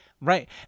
right